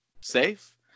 safe